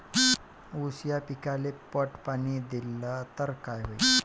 ऊस या पिकाले पट पाणी देल्ल तर काय होईन?